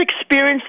experience